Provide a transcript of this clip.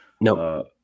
No